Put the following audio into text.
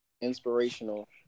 inspirational